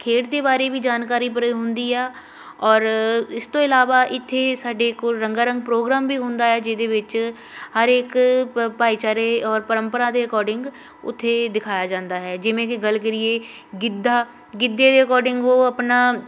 ਖੇਡ ਦੇ ਬਾਰੇ ਵੀ ਜਾਣਕਾਰੀ ਪੂਰੀ ਹੁੰਦੀ ਆ ਔਰ ਇਸ ਤੋਂ ਇਲਾਵਾ ਇੱਥੇ ਸਾਡੇ ਕੋਲ ਰੰਗਾ ਰੰਗ ਪ੍ਰੋਗਰਾਮ ਵੀ ਹੁੰਦਾ ਹੈ ਜਿਹਦੇ ਵਿੱਚ ਹਰ ਇੱਕ ਭਾਈਚਾਰੇ ਔਰ ਪਰੰਪਰਾ ਦੇ ਅਕੋਡਿੰਗ ਉੱਥੇ ਦਿਖਾਇਆ ਜਾਂਦਾ ਹੈ ਜਿਵੇਂ ਕਿ ਗੱਲ ਕਰੀਏ ਗਿੱਧਾ ਗਿੱਧੇ ਦੇ ਅਕੋਡਿੰਗ ਉਹ ਆਪਣਾ